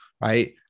right